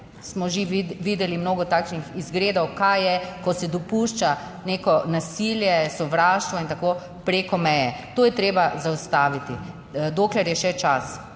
smo že videli mnogo takšnih izgredov, kaj je, ko se dopušča neko nasilje, sovraštvo in tako preko meje. To je treba zaustaviti, dokler je še čas,